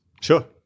Sure